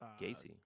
Gacy